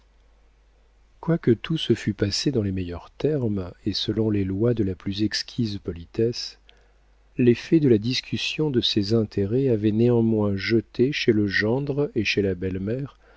quoique tout se fût passé dans les meilleurs termes et selon les lois de la plus exquise politesse l'effet de la discussion de ces intérêts avait néanmoins jeté chez le gendre et chez la belle-mère